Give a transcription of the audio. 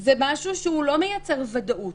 זה משהו שלא מייצר ודאות.